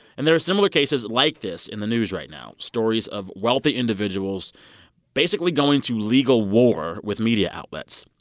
and there are similar cases like this in the news right now stories of wealthy individuals basically going to legal war with media outlets.